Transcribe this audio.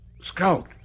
Scout